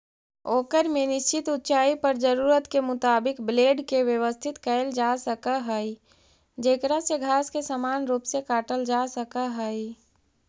ओकर में निश्चित ऊँचाई पर जरूरत के मुताबिक ब्लेड के व्यवस्थित कईल जासक हई जेकरा से घास के समान रूप से काटल जा सक हई